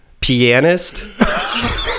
pianist